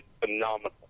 phenomenal